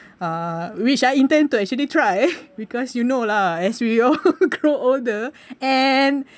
uh which I intend to actually try because you know lah as we all grow older and